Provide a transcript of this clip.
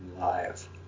live